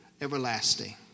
everlasting